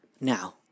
Now